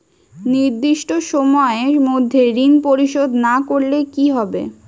নির্দিষ্ট সময়ে মধ্যে ঋণ পরিশোধ না করলে কি হবে?